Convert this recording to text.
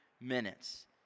minutes